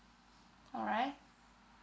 alright